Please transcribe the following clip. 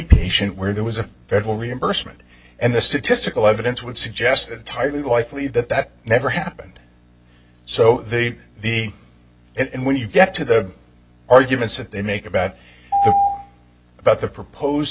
patient where there was a federal reimbursement and the statistical evidence would suggest that tightly likely that that never happened so the and when you get to the arguments that they make about about the proposed